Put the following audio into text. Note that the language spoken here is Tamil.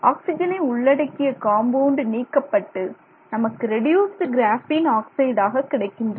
ஆக்சிஜனை உள்ளடக்கிய காம்பவுண்டு நீக்கப்பட்டு நமக்கு ரெடியூசுடு கிராஃபீன் ஆக்சைடாக கிடைக்கின்றன